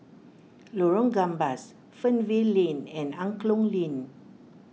Lorong Gambas Fernvale Lane and Angklong Lane